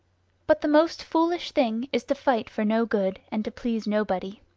but the most foolish thing is to fight for no good, and to please nobody.